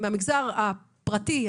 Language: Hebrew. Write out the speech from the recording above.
מהמגזר הפרטי,